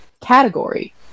category